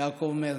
יעקב מרגי,